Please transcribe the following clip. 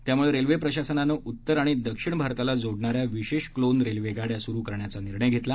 त्यामुळे रेल्वे प्रशासनाने उत्तर आणि दक्षिण भारताला जोडणाऱ्या विशेष क्लोन रेल्वे गाड्या सुरू करण्याचा निर्णय घेतला